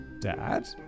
dad